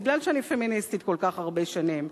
בגלל שאני פמיניסטית כל כך הרבה שנים,